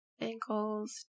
ankles